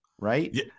right